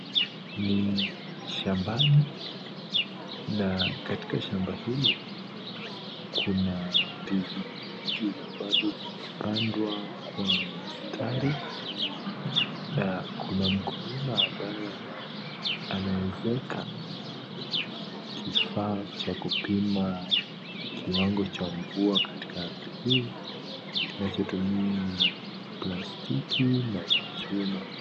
Ni shambani na katika shamba hili kuna ndizi mingi ambazo zimepandwa kwa mstari, na kuna mkulima ambaye anaezeka kifaa cha kupima kiwango cha mvua katika ardhi hii, kinachotumia plastiki na chuma.